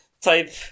type